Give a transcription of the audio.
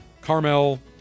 Carmel